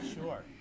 Sure